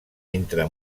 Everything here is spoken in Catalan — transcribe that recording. entre